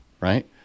right